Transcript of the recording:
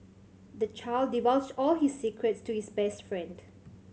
the child divulged all his secrets to his best friend